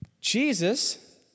Jesus